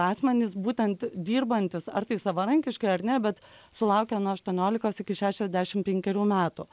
asmenys būtent dirbantys ar tai savarankiškai ar ne bet sulaukę nuo aštuoniolikos iki šešiasdešim penkerių metų